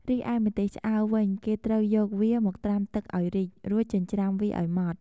រីឯម្ទេសឆ្អើរវិញ គេត្រូវយកវាមកត្រាំទឹកឱ្យរីក រួចចិញ្ច្រាំវាឱ្យម៉ដ្ឋ។